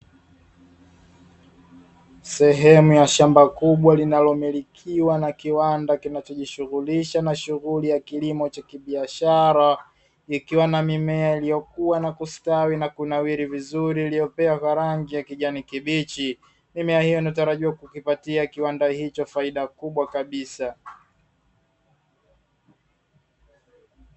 Sehemu ya shamba kubwa linalomilikiwa na kiwanda kinachojishughulisha na shughuli ya kilimo cha kibiashara, ikiwa ina mimea iliyokua na kustawi na kunawiri vizuri iliyopea kwa rangi ya kijani kibichi. Mimea hiyo inatarajiwa kukipatia kiwanda hicho faida kubwa kabisa.